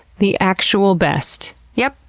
the actual best. yep.